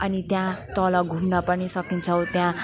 अनि त्यहाँ तल घुम्न पनि सकिन्छ त्यहाँ